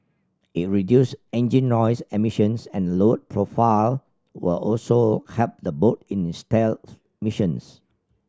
it reduced engine noise emissions and lowered profile will also help the boat in stealth missions